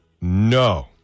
No